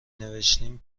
نوشتین